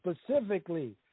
specifically